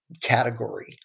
category